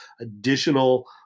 additional